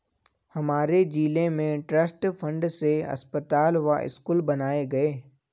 हमारे जिले में ट्रस्ट फंड से अस्पताल व स्कूल बनाए गए